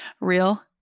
real